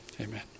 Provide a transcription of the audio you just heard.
amen